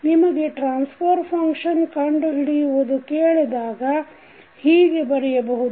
ನಿಮಗೆ transfer function ಕಂಡುಹಿಡಿಯುವುದು ಕೇಳಿದಾಗ ಹೀಗೆ ಬರೆಯಬಹುದು